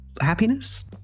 happiness